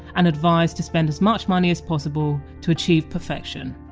and advised to spend as much money as possible to achieve perfection.